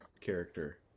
character